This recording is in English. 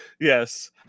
yes